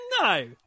No